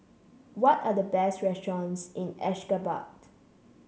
what are the best restaurants in Ashgabat